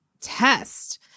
test